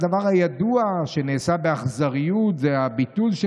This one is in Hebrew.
הדבר הידוע שנעשה באכזריות זה הביטול של